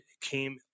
came